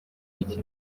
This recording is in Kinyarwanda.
mike